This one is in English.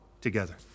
together